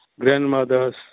grandmothers